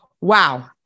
Wow